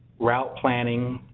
route planning,